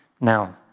Now